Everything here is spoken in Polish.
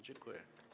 Dziękuję.